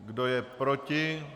Kdo je proti?